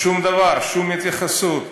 שום דבר, שום התייחסות.